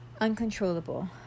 uncontrollable